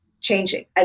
changing